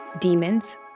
demons